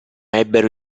ebbero